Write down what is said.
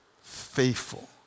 faithful